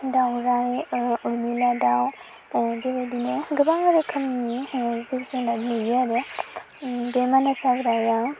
दावराइ उरमिला दाव ओमफाय बिदिनो गोबां रोखोमनि जिब जुनाद नुयो आरो बे मानास हाग्रायाव